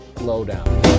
Lowdown